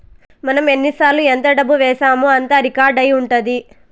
మనం ఎన్నిసార్లు ఎంత డబ్బు వేశామో అంతా రికార్డ్ అయి ఉంటది